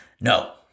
No